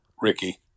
Ricky